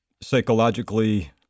Psychologically